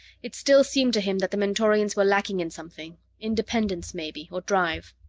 it still seemed to him that the mentorians were lacking in something independence, maybe, or drive.